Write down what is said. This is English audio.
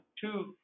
two